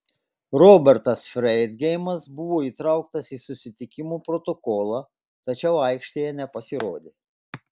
robertas freidgeimas buvo įtrauktas į susitikimo protokolą tačiau aikštėje nepasirodė